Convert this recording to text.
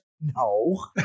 No